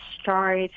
start